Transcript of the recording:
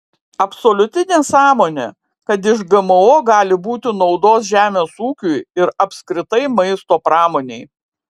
absoliuti nesąmonė kad iš gmo gali būti naudos žemės ūkiui ir apskritai maisto pramonei